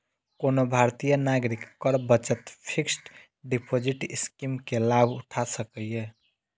कोनो भारतीय नागरिक कर बचत फिक्स्ड डिपोजिट स्कीम के लाभ उठा सकैए